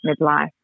midlife